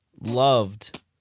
loved